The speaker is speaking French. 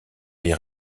les